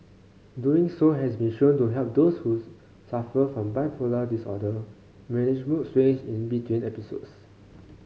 doing so has been shown to help those whose suffer from bipolar disorder manage mood swings in between episodes